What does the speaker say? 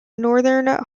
northern